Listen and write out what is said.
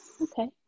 Okay